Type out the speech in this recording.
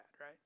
Right